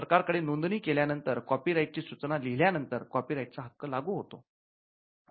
सरकार कडे नोंदणी केल्यानंतर कॉपीराईट ची सूचना लिहिल्या नंतर कॉपीराईट चा हक्क लागू होतो